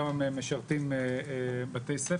כמה מהם משרתים בתי-ספר,